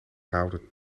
houden